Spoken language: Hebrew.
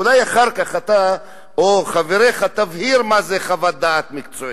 אולי אחר כך אתה או חבריך תבהירו מה זה חוות דעת מקצועית.